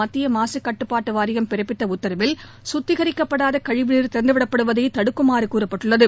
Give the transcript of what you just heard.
மத்திய மாசு கட்டுப்பாட்டு வாரியம் பிறப்பித்த உத்தரவில் கத்திகரிக்கப்படாத கழிவுநீர் திறந்து விடப்படுவதை தடுக்குமாறு கூறப்பட்டுள்ளது